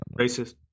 Racist